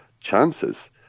chances